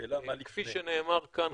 כפי שנאמר כאן,